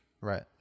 Right